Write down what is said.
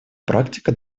практика